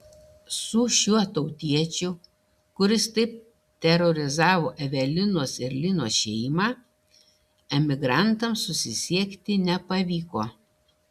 su šiuo tautiečiu kuris taip terorizavo evelinos ir lino šeimą emigrantams susisiekti nepavyko